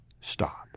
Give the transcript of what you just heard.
stop